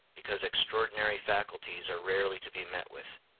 because extraordinary faculties are rarely to be met with.